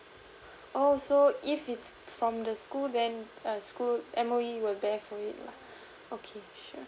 oh so if it's from the school then a school M_O_E will bear for it lah okay sure